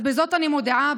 אז בזאת אני מודיעה: